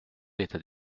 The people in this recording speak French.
l’état